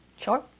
Sure